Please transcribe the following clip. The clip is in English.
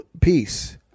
peace